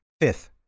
Fifth